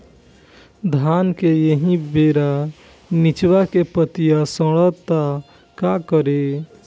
धान एही बेरा निचवा के पतयी सड़ता का करी?